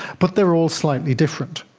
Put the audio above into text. but they are all slightly different.